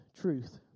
truth